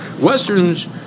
Westerns